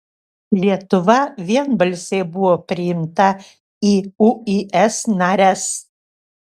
lietuva vienbalsiai buvo priimta į uis nares